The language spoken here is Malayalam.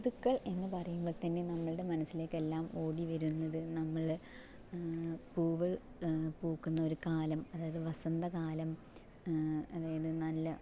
ഋതുക്കൾ എന്ന് പറയുമ്പോൾ തന്നെ നമ്മളുടെ മനസ്സിലേക്ക് എല്ലാം ഓടി വരുന്നത് നമ്മള് പൂവ് പൂക്കുന്നൊരു കാലം അതായത് വസന്തകാലം അതായത് നല്ല